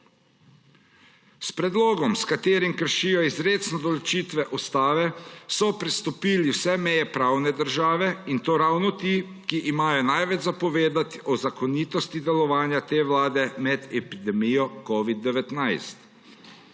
S predlogom, s katerim kršijo izrecne določitve Ustave, so prestopili vse meje pravne države, in to ravno ti, ki imajo največ za povedati o zakonitosti delovanja te vlade med epidemijo covida-19.